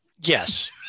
yes